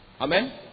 Amen